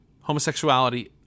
homosexuality